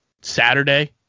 Saturday